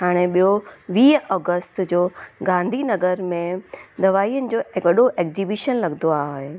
हाणे ॿियो वीह ओगस्त जो गांधी नगर में दवाईनि जो वॾो एक्जीबिशन लॻंदो आ आहे